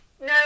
No